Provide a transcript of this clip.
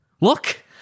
Look